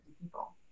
people